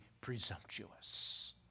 presumptuous